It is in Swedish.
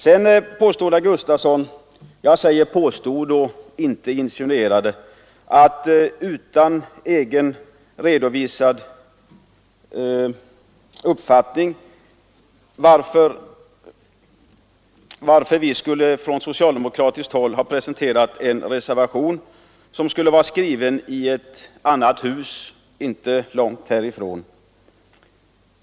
Vidare påstod herr Gustafson — jag säger påstod och inte insinuerade — att vi socialdemokrater i utskottet var dåligt skrivkunniga och dessutom utan egen redovisad uppfattning, varför vi skulle ha presenterat en reservation som var skriven i ett annat hus inte långt härifrån.